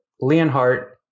Leonhardt